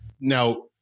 now